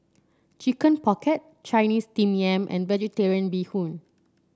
Chicken Pocket Chinese steam yam and vegetarian Bee Hoon